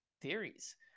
theories